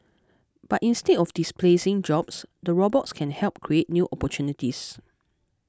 but instead of displacing jobs the robots can help create new opportunities